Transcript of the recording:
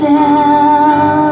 tell